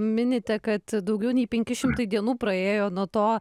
minite kad daugiau nei penki šimtai dienų praėjo nuo to